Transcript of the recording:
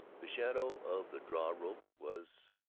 the shadow of the draw-rope was